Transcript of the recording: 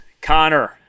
Connor